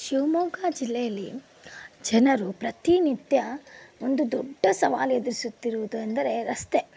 ಶಿವಮೊಗ್ಗ ಜಿಲ್ಲೆಯಲ್ಲಿ ಜನರು ಪ್ರತಿನಿತ್ಯ ಒಂದು ದೊಡ್ಡ ಸವಾಲು ಎದುರಿಸುತ್ತಿರುವುದು ಎಂದರೆ ರಸ್ತೆ